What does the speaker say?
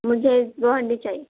مجھے دو ہنڈی چاہیے